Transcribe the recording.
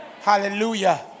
Hallelujah